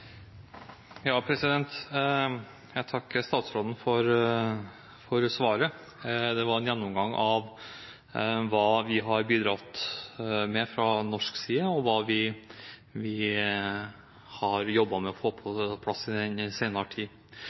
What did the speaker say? Jeg takker statsråden for svaret. Det var en gjennomgang av hva man har bidratt med fra norsk side, og hva man har jobbet med å få på plass i den senere tid.